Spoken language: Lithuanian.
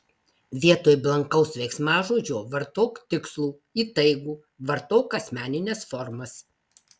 vietoj blankaus veiksmažodžio vartok tikslų įtaigų vartok asmenines formas